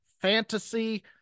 fantasy